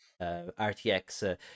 RTX